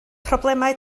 problemau